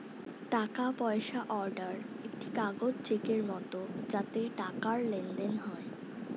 টাকা পয়সা অর্ডার একটি কাগজ চেকের মত যাতে টাকার লেনদেন হয়